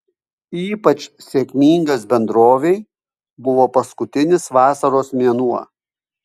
ypač sėkmingas bendrovei buvo paskutinis vasaros mėnuo